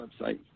website